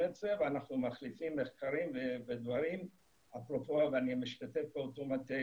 את זה ואנחנו מחליפים מחקרים ודברים ואני משתתף באותו מטה